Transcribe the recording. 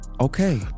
okay